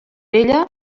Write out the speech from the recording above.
vella